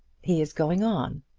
he is going on.